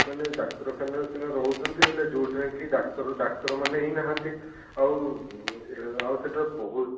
ମାନେ ଡାକ୍ତରଖାନାରେ ସିନା ରହୁଛନ୍ତି ହେଲେ ଯେଉଁ ଠେଇଁ ଡାକ୍ତର ଡାକ୍ତର ମାନେ ହିଁ ନାହାନ୍ତି ଆଉ ଆଉ ସେଟାରେ ବହୁତ